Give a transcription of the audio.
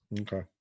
Okay